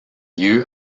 lieu